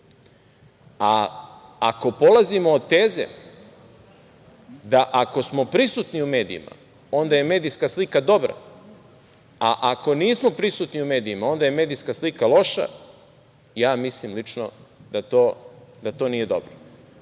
Ako polazimo od teze da ako smo prisutni u medijima, onda je medijska slika dobra, a ako nismo prisutni u medijima, onda je medijska slika loša, ja mislim lično da to nije dobro.